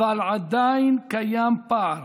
אבל עדיין קיים פער,